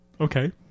Okay